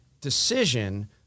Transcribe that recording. decision